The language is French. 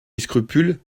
scrupules